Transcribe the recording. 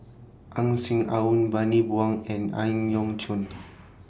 Ang Swee Aun Bani Buang and Ang Yau Choon